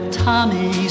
tommy